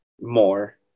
more